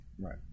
Right